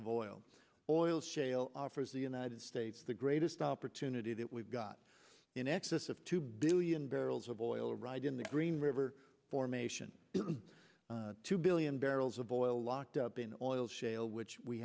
of oil oil shale offers the united states the greatest opportunity that we've got in excess of two billion barrels of oil right in the green river formation two billion barrels of oil locked up in oil shale which we